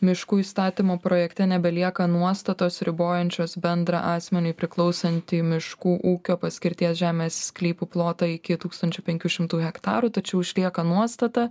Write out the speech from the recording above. miškų įstatymo projekte nebelieka nuostatos ribojančios bendrą asmeniui priklausantį miškų ūkio paskirties žemės sklypų plotą iki tūkstančio penkių šimtų hektarų tačiau išlieka nuostata